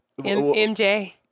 MJ